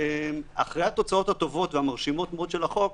אחרי התוצאות הטובות והמרשימות של החוק,